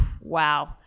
wow